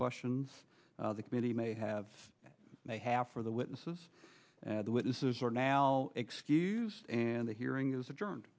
questions the committee may have may have for the witnesses and the witnesses are now excused and the hearing is a